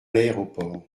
l’aéroport